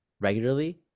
regularly